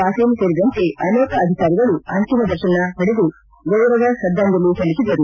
ಪಾಟೀಲ್ ಸೇರಿದಂತೆ ಅನೇಕ ಅಧಿಕಾರಿಗಳು ಅಂತಿಮ ದರ್ಶನ ಪಡೆದು ಗೌರವ ಶ್ರದ್ಧಾಂಜಲಿ ಸಲ್ಲಿಸಿದರು